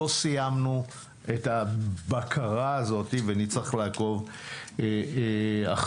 לא סיימנו את הבקרה הזאת ונצטרך לעקוב אחריה.